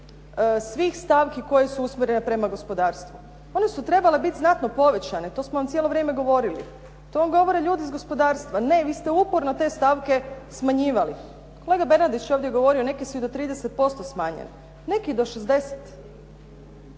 svih stavki koje su usmjerene prema gospodarstvu. One su trebali biti znatno povećane, to smo vam cijelo vrijeme govorili. To vam govore ljudi iz gospodarstva. Ne vi ste uporno te stavke smanjivali. Kolega Bernardić je ovdje govorio neke su i do 30% smanjene, neke i do 60.